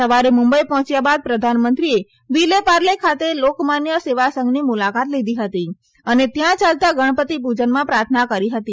સવારે મુંબઈ પહોચ્યા બાદ પ્રધાનમંત્રીએ વિલે પારલે ખાતે લોકમાન્ય સેવાસંઘની મુલાકાત લીધી હતી અને ત્યાં યાલતા ગણપતિ પુજનમાં પ્રાર્થના કરી હતી